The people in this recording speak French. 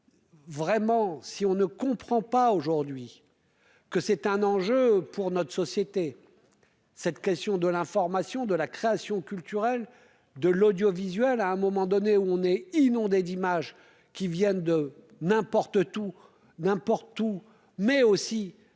vraiment, si on ne comprend pas, aujourd'hui, que c'est un enjeu pour notre société, cette question de l'information de la création culturelle, de l'audiovisuel, à un moment donné où on est inondé d'images qui viennent de n'importe tout n'importe où mais aussi